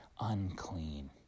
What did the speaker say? unclean